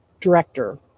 director